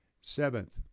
Seventh